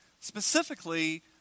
Specifically